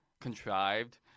contrived